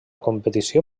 competició